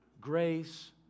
grace